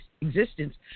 existence